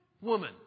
woman